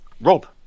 Rob